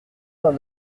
vingt